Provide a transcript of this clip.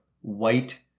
white